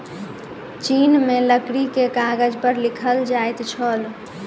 चीन में लकड़ी के कागज पर लिखल जाइत छल